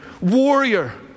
warrior